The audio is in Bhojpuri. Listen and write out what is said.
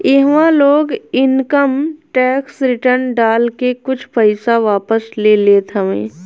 इहवा लोग इनकम टेक्स रिटर्न डाल के कुछ पईसा वापस ले लेत हवे